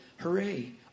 Hooray